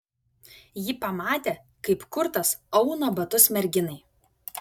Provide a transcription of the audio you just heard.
ji pamatė kaip kurtas auna batus merginai